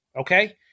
okay